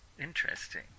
Interesting